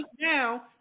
now